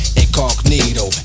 incognito